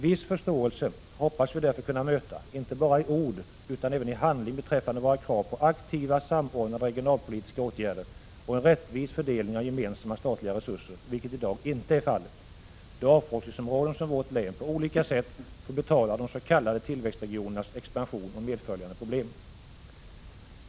Viss förståelse hoppas vi därför kunna möta, inte bara i ord utan även i handling, för våra krav på aktiva, samordnade regionalpolitiska åtgärder och en rättvis fördelning av gemensamma statliga resurser. En sådan fördelning förekommer inte i dag, då avfolkningsområden som vårt län på olika sätt får betala de s.k. tillväxtregionernas expansion och medföljande problem.